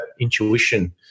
intuition